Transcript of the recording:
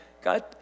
God